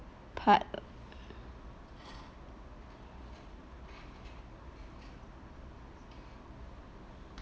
part